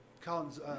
Colin's